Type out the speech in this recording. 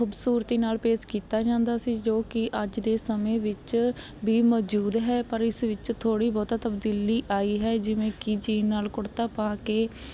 ਖੂਬਸੂਰਤੀ ਨਾਲ ਪੇਸ਼ ਕੀਤਾ ਜਾਂਦਾ ਸੀ ਜੋ ਕਿ ਅੱਜ ਦੇ ਸਮੇਂ ਵਿੱਚ ਵੀ ਮੌਜੂਦ ਹੈ ਪਰ ਇਸ ਵਿੱਚ ਥੋੜ੍ਹੀ ਬਹੁਤੀ ਤਬਦੀਲੀ ਆਈ ਹੈ ਜਿਵੇਂ ਕਿ ਜੀਨ ਨਾਲ ਕੁੜਤਾ ਪਾ ਕੇ